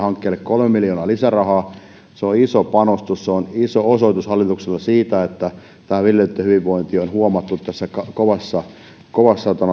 hankkeelle kolme miljoonaa lisärahaa se on iso panostus se on iso osoitus hallitukselta siitä että viljelijöitten hyvinvointi on huomattu tässä kovassa kovassa